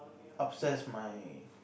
upstairs my